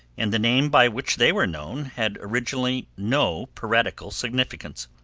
and the name by which they were known had originally no piratical significance.